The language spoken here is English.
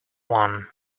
one